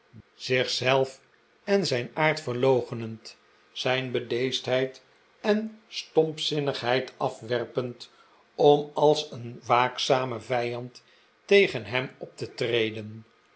zelf en zijn aard verloochenend zijn bedeesdheid en stompzinnigheid afwerpend om als een waakzame vijand tegen hem op te treden